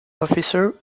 officer